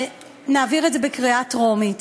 שנעביר את זה בקריאה טרומית